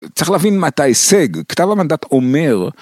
צריך להבין מה, את הישג, כתב המנדט אומר